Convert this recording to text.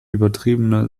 übertriebene